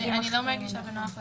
מרגישה בנוח להחליט: